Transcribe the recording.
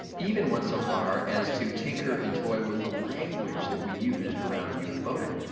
even went so far as to tinker and toy with the language that we used around youth voting.